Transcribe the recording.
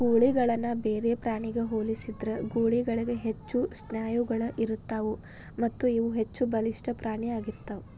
ಗೂಳಿಗಳನ್ನ ಬೇರೆ ಪ್ರಾಣಿಗ ಹೋಲಿಸಿದ್ರ ಗೂಳಿಗಳಿಗ ಹೆಚ್ಚು ಸ್ನಾಯುಗಳು ಇರತ್ತಾವು ಮತ್ತಇವು ಹೆಚ್ಚಬಲಿಷ್ಠ ಪ್ರಾಣಿ ಆಗಿರ್ತಾವ